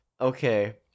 Okay